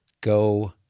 Go